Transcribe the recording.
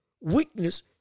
weakness